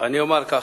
אני אומר ככה: